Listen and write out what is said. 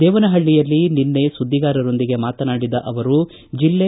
ದೇವನಪಳ್ಳಿಯಲ್ಲಿ ನಿನ್ನೆ ಸುದ್ದಿಗಾರರೊಂದಿಗೆ ಮಾತನಾಡಿದ ಅವರು ಜಲ್ಲೆ